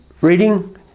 reading